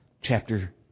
chapter